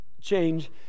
change